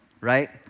right